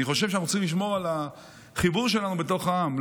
אני חושב שאנחנו צריכים לשמור על החיבור שלנו בתוך העם,